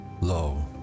Lo